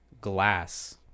Glass